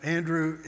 Andrew